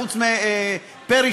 חוץ מפרי,